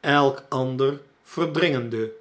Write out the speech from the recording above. elkander verdringende